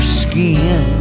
skin